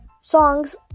songs